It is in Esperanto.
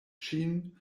ŝin